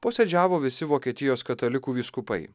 posėdžiavo visi vokietijos katalikų vyskupai